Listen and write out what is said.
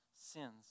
sins